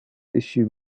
issue